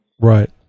Right